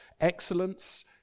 excellence